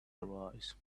arise